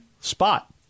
spot